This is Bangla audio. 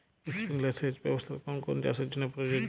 স্প্রিংলার সেচ ব্যবস্থার কোন কোন চাষের জন্য প্রযোজ্য?